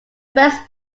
first